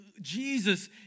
Jesus